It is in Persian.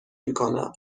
میکنم